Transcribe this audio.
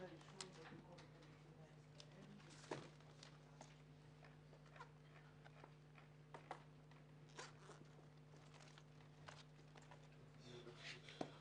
ננעלה בשעה 11:34.